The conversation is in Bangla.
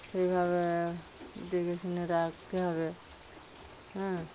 সেইভাবে দেখেশুনে রাখতে হবে হ্যাঁ